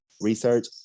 research